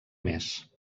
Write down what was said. més